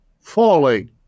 Falling